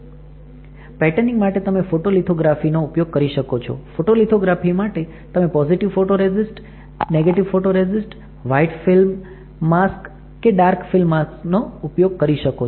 patterning માટે તમે photolithography નો ઉપયોગ કરી શકો છો ફોટોલીથોગ્રાફી માટે તમે positive photoresist negative photo resistor white film mask કે ડાર્ક ફિલ્મ માસ્ક નો ઉપયોગ કરી શકો છો